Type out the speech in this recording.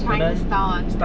chinese style [one]